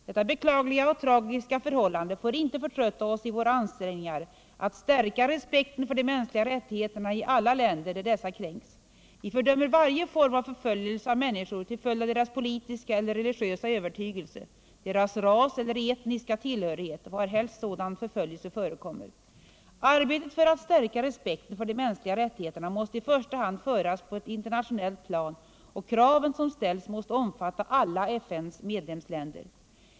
Detta beklagliga och tragiska förhållande får inte förtrötta oss i våra ansträngningar att stärka respekten för de mänskliga rättigheterna i alla länder där dessa kränks. Vi fördömer varje form av förföljelse av människor till följd av deras politiska eller religiösa övertygelse, deras ras eller etniska tillhörighet varhelst sådan förföljelse förekommer. Arbetet för att stärka respekten för de mänskliga rättigheterna måste i första hand föras på ett internationellt plan och kraven som ställs måste omfatta alla FN:s medlemsländer.